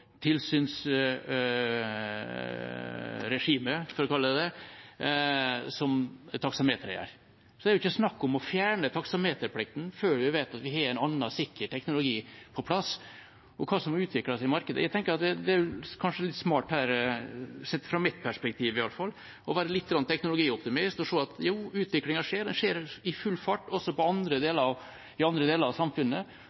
kalle det det, som taksameteret gjør. Det er ikke snakk om å fjerne taksameterplikten før vi vet at det er en annen sikker teknologi på plass. Og når det gjelder hva som utvikler seg i markedet: Jeg tenker at det kanskje er litt smart her, sett fra mitt perspektiv iallfall, å være litt teknologioptimist og se at jo, utviklingen skjer. Den skjer i full fart også i andre